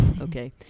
okay